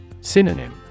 Synonym